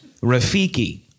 Rafiki